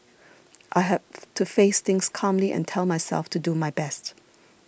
I have to face things calmly and tell myself to do my best